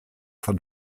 von